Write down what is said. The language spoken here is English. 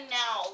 now